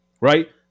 right